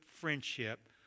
friendship